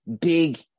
big